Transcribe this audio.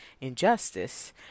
injustice